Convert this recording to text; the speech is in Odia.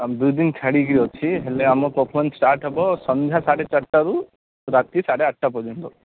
ଦୁଇଦିନ ଛାଡ଼ିକି ଅଛି ହେଲେ ଆମ ପର୍ଫୋମାନ୍ସ ଷ୍ଟାର୍ଟ୍ ହେବ ସନ୍ଧ୍ୟା ସାଢ଼େ ଚାରିଟାରୁ ରାତି ସାଢ଼େ ଆଠଟା ପର୍ଯ୍ୟନ୍ତ